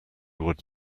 would